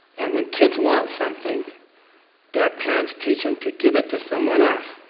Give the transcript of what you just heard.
and when kids want something their parents teach them to give it to someone else,